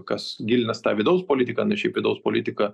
kas gilinasi į tą vidaus politiką nu šiaip vidaus politika